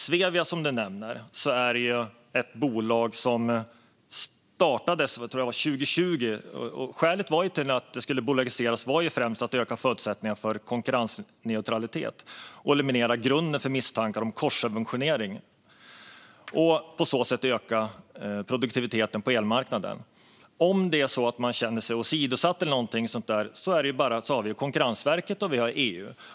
Svevia är ett bolag som startades 2020, tror jag, och skälet till att det skulle bolagiseras var främst att öka förutsättningarna för konkurrensneutralitet och eliminera grunden för misstankar om korssubventionering och på så sätt öka produktiviteten på elmarknaden. Om det är så att man känner sig åsidosatt eller någonting har vi ju både Konkurrensverket och EU.